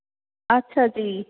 ਅੱਛਾ ਜੀ